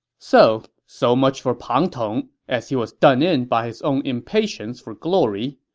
so, so much for pang tong, as he was done in by his own impatience for glory.